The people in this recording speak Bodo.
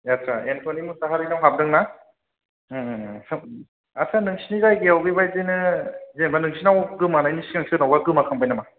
ए आथसा एनथ'नि मुसाहारिनाव हाबदों ना आथसा नोंसिनि जायगायाव बिबायदिनो जेनोबा नोंसिनाव गोमानायनि सिगां सोरनावबा गोमाखांबाय नामा